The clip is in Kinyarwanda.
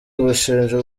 bushinja